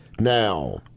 Now